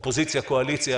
אופוזיציה-קואליציה,